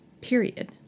Period